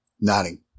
Nodding